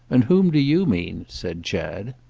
and whom do you mean? said chad.